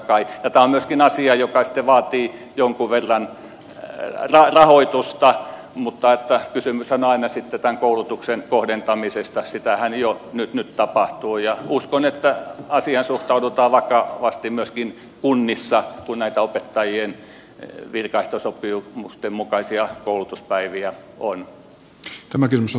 tämä on myöskin asia joka sitten vaatii jonkun verran rahoitusta mutta kysymyshän on aina tämän koulutuksen kohdentamisesta sitähän jo nyt tapahtuu ja uskon että asiaan suhtaudutaan vakavasti myöskin kunnissa kun näitä opettajien virkaehtosopimusten mukaisia koulutuspäiviä on